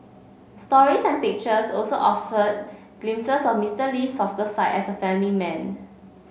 stories and pictures also offered glimpses of Mister Lee's softer side as a family man